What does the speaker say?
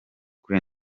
kuri